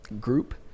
group